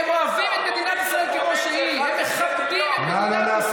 הם אוהבים את מדינת ישראל, מכבדים את מדינת ישראל.